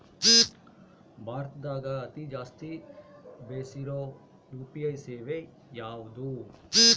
ಭಾರತದಗ ಅತಿ ಜಾಸ್ತಿ ಬೆಸಿರೊ ಯು.ಪಿ.ಐ ಸೇವೆ ಯಾವ್ದು?